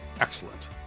excellent